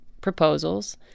proposals